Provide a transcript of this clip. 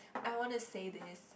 I wanna say this